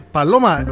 Paloma